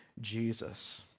Jesus